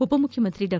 ಉಪಮುಖ್ಯಮಂತ್ರಿ ಡಾ